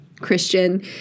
Christian